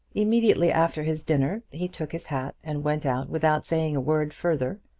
immediately after his dinner, he took his hat and went out without saying a word further,